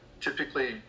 typically